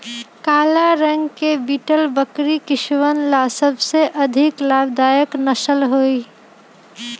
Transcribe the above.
काला रंग के बीटल बकरी किसनवन ला सबसे अधिक लाभदायक नस्ल हई